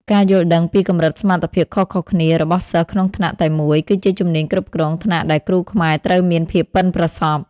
ការយល់ដឹងពីកម្រិតសមត្ថភាពខុសៗគ្នារបស់សិស្សក្នុងថ្នាក់តែមួយ គឺជាជំនាញគ្រប់គ្រងថ្នាក់ដែលគ្រូខ្មែរត្រូវមានភាពប៉ិនប្រសប់។